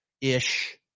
ish